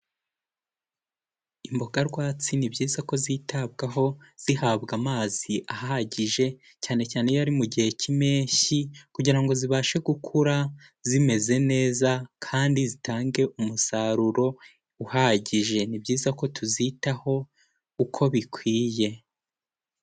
Imboga rwatsi ni byiza ko zitabwaho zihabwa amazi ahagije cyane cyane iyo ari mu gihe cy'impeshyi kugira ngo zibashe gukura zimeze neza kandi zitange umusaruro uhagije, ni byiza ko tuzitaho uko bikwiye.